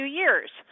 years